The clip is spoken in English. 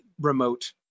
remote